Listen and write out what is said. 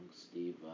Steve